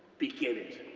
begin it,